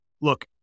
look